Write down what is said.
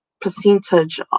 percentage